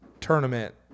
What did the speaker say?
tournament